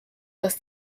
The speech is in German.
dass